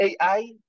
AI